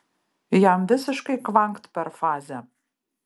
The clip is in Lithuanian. jam visiškai kvankt per fazę